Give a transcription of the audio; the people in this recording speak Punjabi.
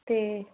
ਤੇ